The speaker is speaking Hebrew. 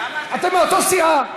אתם מאותה סיעה.